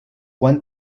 one